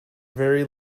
very